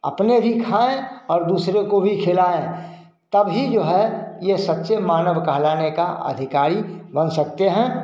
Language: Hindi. अपने भी खाएँ और दूसरे को भी खिलाएँ तब ही जो है ये सच्चे मानव कहलाने का अधिकारी बन सकते हैं